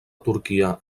turquia